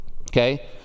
okay